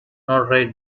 notre